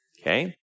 Okay